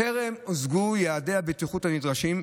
טרם הושגו יעדי הבטיחות הנדרשים.